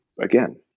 again